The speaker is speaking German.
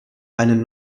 einen